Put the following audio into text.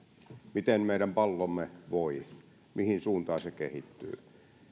miten meidän pallomme voi mihin suuntaan se kehittyy